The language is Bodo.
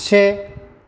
से